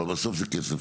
אבל בסוף זה כסף.